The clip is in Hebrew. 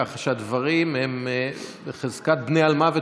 ככה שהדברים הם בחזקת בני אלמוות.